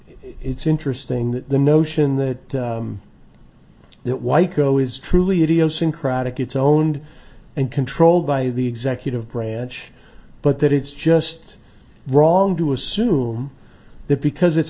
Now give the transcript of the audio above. it's interesting that the notion that that white crow is truly idiosyncratic it's owned and controlled by the executive branch but that it's just wrong to assume that because it's